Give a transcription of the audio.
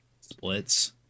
splits